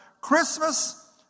Christmas